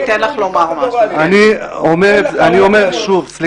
אני אומר שוב, סליחה רגע.